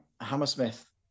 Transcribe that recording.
Hammersmith